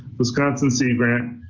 wisconsin sea grant,